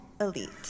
elite